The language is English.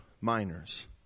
minors